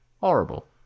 horrible